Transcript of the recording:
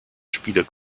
spiele